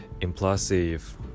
impulsive